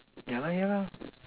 yeah lah yeah lah